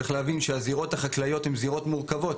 צריך להבין שהזירות החקלאיות הן זירות מורכבות.